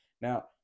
now